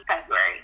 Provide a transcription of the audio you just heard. February